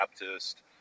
Baptist